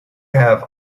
have